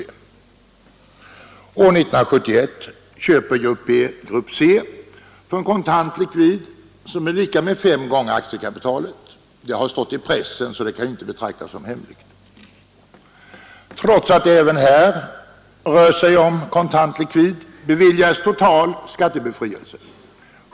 År 1971 köpte grupp B grupp C för en kontant likvid som var lika med fem gånger aktiekapitalet — det har stått i pressen, så det kan inte betraktas som hemligt. Trots att det även här rörde sig om kontant likvid beviljades total skattebefrielse.